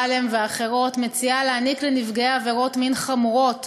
ואחרות מציעה להעניק לנפגעי עבירות מין חמורות